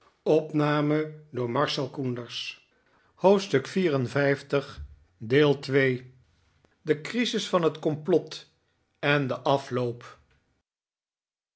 hoofdstuk liv de crisis van het complot en de afloop